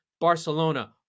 Barcelona